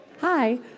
Hi